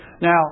Now